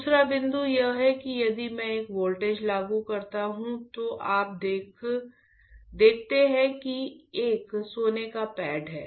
दूसरा बिंदु यह है कि यदि मैं एक वोल्टेज लागू करता हूं तो आप देखते हैं कि एक सोने का पैड है